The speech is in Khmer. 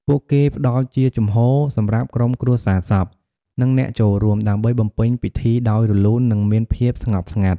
ពួកគេផ្តល់ជាជំហរសម្រាប់ក្រុមគ្រួសារសព និងអ្នកចូលរួម ដើម្បីបំពេញពិធីដោយរលូន និងមានភាពស្ងប់ស្ងាត់។